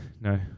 No